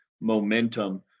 momentum